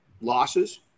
losses